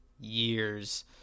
years